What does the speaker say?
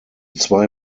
zwei